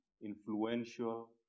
influential